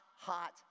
Hot